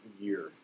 year